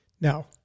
Now